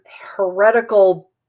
heretical